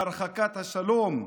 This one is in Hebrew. הרחקת השלום,